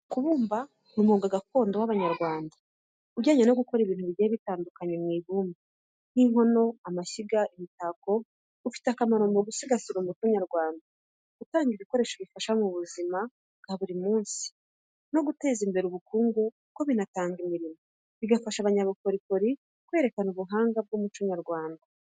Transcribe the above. Kubumba ni umwuga gakondo w’abanyarwanda ujyanye no gukora ibintu bigiye bitandukanye mu ibumba, nk’inkono, amashyiga, n’imitako. Ufite akamaro mu gusigasira umuco nyarwanda, gutanga ibikoresho bifasha mu buzima bwa buri munsi, no guteza imbere ubukungu kuko binatanga imirimo, bigafasha abanyabukorikori mu kwerekana ubuhanga n’umuco nyarwanda.